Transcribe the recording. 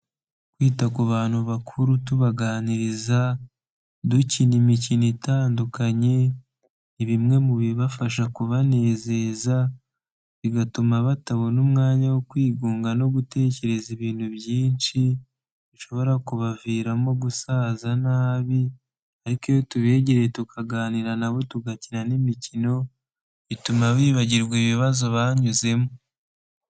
Kwita ku bantu bakuru tubaganiriza, dukina imikino itandukanye ni bimwe mu bibafasha kubanezeza bigatuma batabona umwanya wo kwigunga no gutekereza ibintu byinshi bishobora kubaviramo gusaza nabi, ariko iyo tubegereye tukaganira nabo tugakina n'imikino bituma bibagirwa ibibazo banyuzemo.